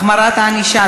7) (החמרת הענישה),